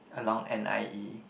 along n_i_e